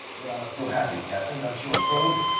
you don't look too happy, captain, don't you approve?